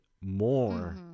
more